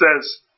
says